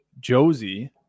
josie